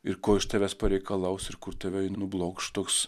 ir ko iš tavęs pareikalaus ir kur tave ji nublokš toks